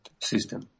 system